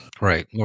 Right